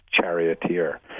charioteer